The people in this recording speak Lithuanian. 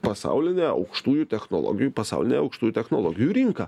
pasaulinę aukštųjų technologijų pasaulinę aukštųjų technologijų rinką